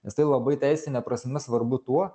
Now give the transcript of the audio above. nes tai labai teisine prasme svarbu tuo